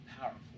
powerful